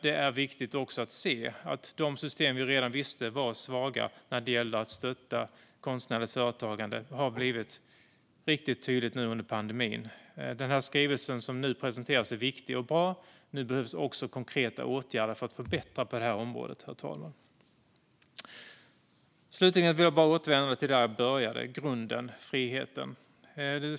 Det är viktigt att se det som under pandemin har blivit riktigt tydligt, nämligen att vissa system är svaga när det gäller att stötta konstnärligt företagande. Den skrivelse som nu presenteras är viktig och bra, herr talman, och nu behövs även konkreta åtgärder för att förbättra på det här området. Slutligen vill jag återvända till det jag började med: att grunden är frihet.